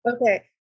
Okay